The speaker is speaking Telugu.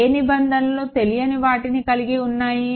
ఏ నిబంధనలు తెలియని వాటిని కలిగి ఉంటాయి